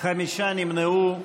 חמישה נמנעו.